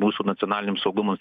mūsų nacionaliniam saugumo